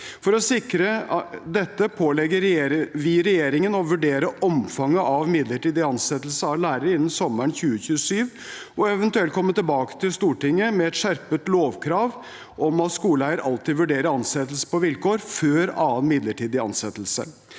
For å sikre dette pålegger vi regjeringen å vurdere omfanget av midlertidig ansettelse av lærere innen sommeren 2027 og eventuelt komme tilbake til Stortinget med et skjerpet lovkrav om at skoleeier alltid vurderer ansettelse på vilkår før annen midlertidig ansettelse.